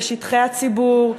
בשטחי הציבור,